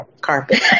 carpet